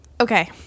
Okay